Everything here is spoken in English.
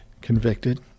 convicted